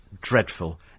dreadful